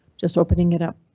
just opening it up.